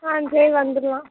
ஆ சரி வந்துடலாம்